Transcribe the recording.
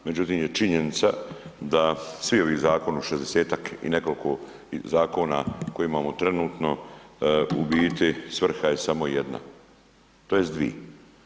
Međutim, je činjenica da svi ovi zakoni, 60-tak i nekoliko zakona koje imamo trenutno u biti svrha je samo jedna, tj. dvi.